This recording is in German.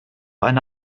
eine